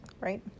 right